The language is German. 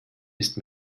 ist